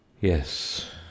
Yes